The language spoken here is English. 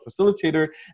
facilitator